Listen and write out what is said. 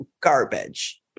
garbage